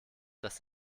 dass